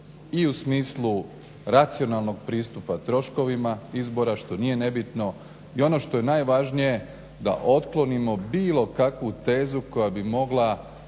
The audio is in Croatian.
i u smislu racionalnog pristupa troškovima izbora što nije nebitno i ono što je najvažnije da otklonimo bilo kakvu tezu koja bi mogla